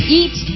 eat